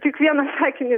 tik vieną sakinį